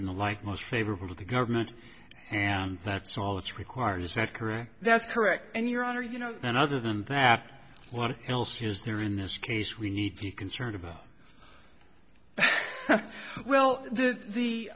in the like most favorable to the government and that's all that's required is that correct that's correct and your honor you know and other than that what else is there in this case we need to be concerned about well the